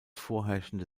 vorherrschende